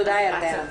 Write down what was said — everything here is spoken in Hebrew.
תודה ירדנה.